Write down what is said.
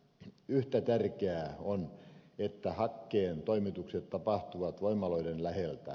yhtä tärkeää on että hakkeen toimitukset tapahtuvat voimaloiden läheltä